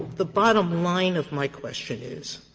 the bottom line of my question is,